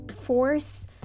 force